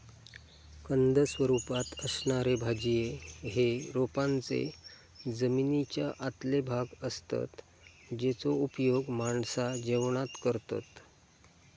कंद स्वरूपात असणारे भाज्ये हे रोपांचे जमनीच्या आतले भाग असतत जेचो उपयोग माणसा जेवणात करतत